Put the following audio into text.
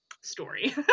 story